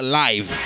live